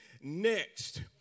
next